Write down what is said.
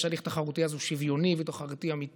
הליך תחרותי אז הוא שוויוני ותחרותי אמיתי,